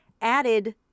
added